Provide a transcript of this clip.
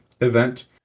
event